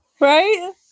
Right